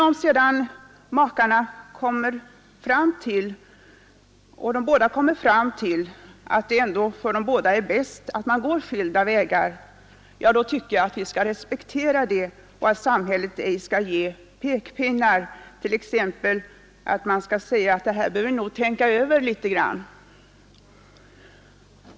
Om makarna sedan kommer fram till att det ändå för dem båda är bäst att gå skilda vägar, då tycker jag vi skall respektera det och att samhället ej skall ge pekpinnar genom att t.ex. säga att ni nog behöver tänka över det här litet grand.